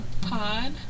pod